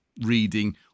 reading